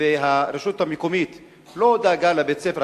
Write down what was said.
שהרשות המקומית לא דאגה לבית-ספר,